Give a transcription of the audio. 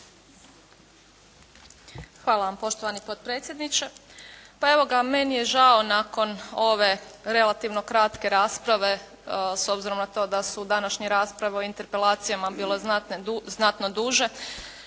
Hvala vam poštovani potpredsjedniče. Pa evo ga, meni je žao nakon ove relativno kratke rasprave s obzirom na to da su današnje rasprave o interpelacijama bile znatno duže,